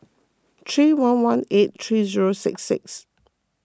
three one one eight three zero six six